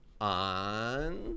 on